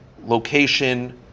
Location